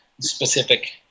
specific